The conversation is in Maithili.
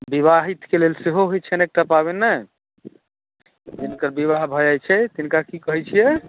विवाहित के लेल से होइ छलै एकटा पाबनि ने जिनकर विवाह भऽ जाइ छै तिनका की कहै छियै